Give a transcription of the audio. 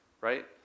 right